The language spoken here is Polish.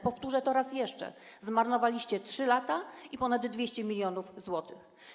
Powtórzę to raz jeszcze: zmarnowaliście 3 lata i ponad 200 mln zł.